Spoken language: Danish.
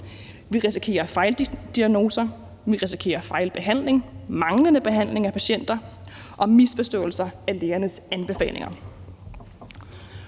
Vi risikerer fejldiagnoser, og vi risikerer fejlbehandling, manglende behandling af patienter og misforståelser af lægernes anbefalinger.